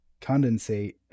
condensate